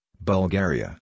Bulgaria